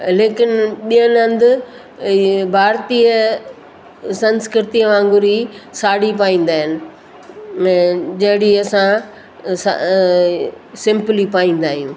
लेकिन ॿियनि हंधु इहे भारतीय संस्कृतिअ वांगुरु ई साड़ी पाईंदा आहिनि जॾहिं असां सिम्पली पाईंदा आहियूं